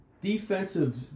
defensive